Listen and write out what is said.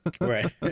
right